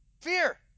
Fear